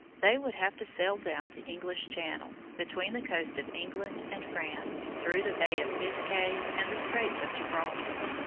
they would have to sail down the english channel, between the coasts of england and france, through the bay of biscay and the straits of gibraltar,